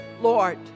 Lord